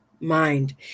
mind